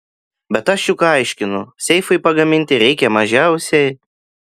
bet aš juk aiškinu seifui pagaminti reikia mažiausiai